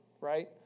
right